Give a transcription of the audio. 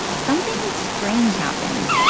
something strange happened.